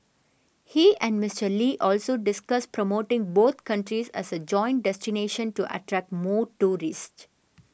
he and Mister Lee also discussed promoting both countries as a joint destination to attract more tourists